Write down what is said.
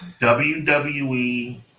WWE